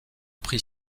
prix